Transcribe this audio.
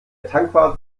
tankwart